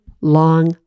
long